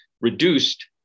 reduced